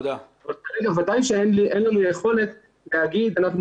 כרגע בוודאי אין לנו יכולת להגיד שאנחנו